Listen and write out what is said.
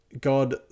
God